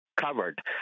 covered